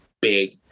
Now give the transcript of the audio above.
big